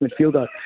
midfielder